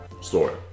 story